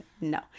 No